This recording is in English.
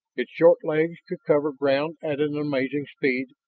its short legs could cover ground at an amazing speed,